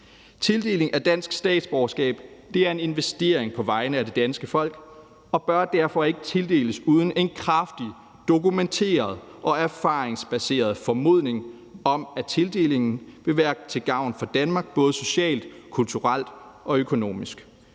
Tildelingen af statsborgerskab er en investering på vegne af det danske folk og bør derfor ikke tildeles uden en kraftig, dokumenteret og erfaringsbaseret formodning om, at tildelingen vil være til gavn for Danmark både socialt, kulturelt og økonomisk.